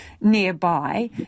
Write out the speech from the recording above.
nearby